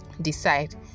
decide